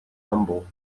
humble